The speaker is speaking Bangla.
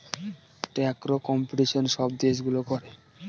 ট্যাক্সে কম্পিটিশন সব দেশগুলো করে